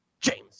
James